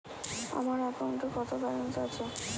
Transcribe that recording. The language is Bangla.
আমার অ্যাকাউন্টে কত ব্যালেন্স আছে?